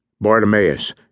Bartimaeus